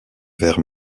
vers